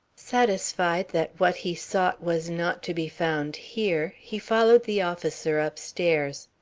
satisfied that what he sought was not to be found here, he followed the officer upstairs.